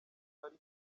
bari